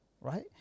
Right